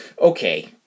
Okay